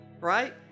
right